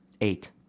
Eight